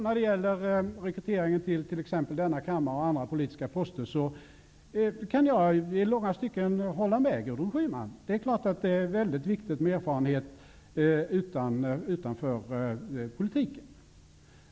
När det gäller rekryteringen till t.ex. denna kammare och andra politiska församlingar kan jag i långa stycken hålla med Gudrun Schyman. Det är klart att det är mycket viktigt med erfarenhet från områden utanför politiken.